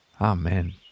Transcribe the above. Amen